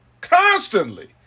constantly